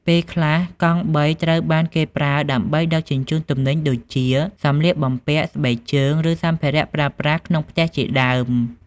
ពេលខ្លះ កង់បីត្រូវបានគេប្រើដើម្បីដឹកជញ្ជូនទំនិញដូចជា សម្លៀកបំពាក់ ស្បែកជើង ឬសម្ភារៈប្រើប្រាស់ក្នុងផ្ទះជាដើម។